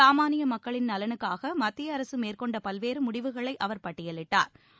சாமானிய மக்களின் நலனுக்காக மத்திய அரசு மேற்கொண்ட பல்வேறு முடிவுகளை அவர் பட்டியிலிட்டாா்